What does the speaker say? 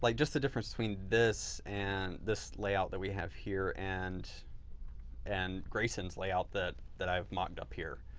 like just the difference between this and this layout that we have here and and grayson's layout that that i've marked up here,